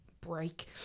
break